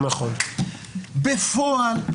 בפועל,